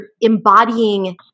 embodying